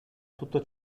tutto